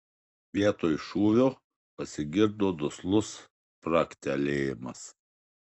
vietoj šūvio pasigirdo duslus spragtelėjimas